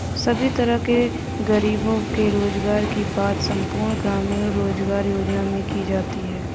सभी तरह के गरीबों के रोजगार की बात संपूर्ण ग्रामीण रोजगार योजना में की जाती है